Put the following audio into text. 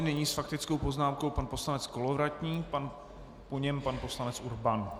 Nyní s faktickou poznámkou pan poslanec Kolovratník, po něm pan poslanec Urban.